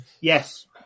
Yes